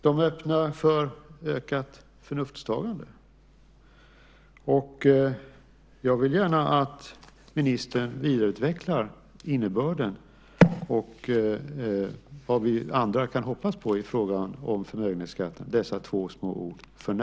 De öppnar för ökat förnuftstagande. Jag vill gärna att ministern vidareutvecklar innebörden av de två små orden "för närvarande", och vad vi andra kan hoppas på i frågan om förmögenhetsskatten.